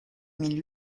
mille